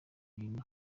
bintu